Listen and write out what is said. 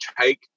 take